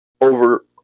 over